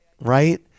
Right